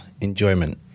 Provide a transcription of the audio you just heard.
enjoyment